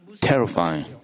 terrifying